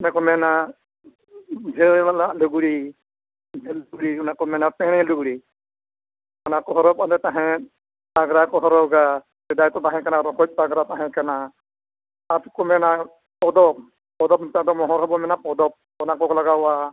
ᱟᱫᱚ ᱠᱚ ᱢᱮᱱᱟ ᱡᱷᱟᱹᱣ ᱮᱢᱟᱱᱟᱜ ᱞᱩᱜᱽᱲᱤ ᱡᱷᱟᱹᱞ ᱞᱩᱜᱽᱲᱤ ᱚᱱᱟ ᱠᱚ ᱢᱮᱱᱟ ᱯᱮᱬᱮ ᱞᱩᱜᱽᱲᱤ ᱚᱱᱟ ᱠᱚ ᱦᱚᱨᱚᱜ ᱵᱟᱫᱮ ᱛᱟᱦᱮᱱ ᱯᱟᱜᱽᱨᱟ ᱠᱚ ᱦᱚᱨᱚᱜᱟ ᱥᱮᱫᱟᱭ ᱫᱚ ᱛᱟᱦᱮᱸ ᱠᱟᱱᱟ ᱨᱚᱠᱚᱡ ᱯᱟᱜᱽᱨᱟ ᱛᱟᱦᱮᱸ ᱠᱟᱱᱟ ᱚᱱᱟ ᱛᱮᱠᱚ ᱢᱮᱱᱟ ᱯᱚᱫᱚᱠ ᱯᱚᱫᱚᱠ ᱱᱮᱛᱟᱨ ᱫᱚ ᱢᱚᱦᱚᱨ ᱦᱚᱸ ᱵᱚ ᱢᱮᱱᱟ ᱯᱚᱫᱚᱠ ᱚᱱᱟ ᱠᱚᱠᱚ ᱞᱟᱜᱟᱣᱟ